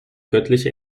göttliche